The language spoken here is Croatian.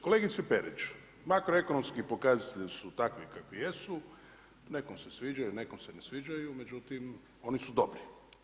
Kolegice Perić, makroekonomski pokazatelji su takvi kakvi jesu, nekom se sviđaju, nekom se ne sviđaju međutim oni su dobri.